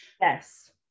Yes